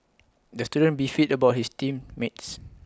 the student beefed about his team mates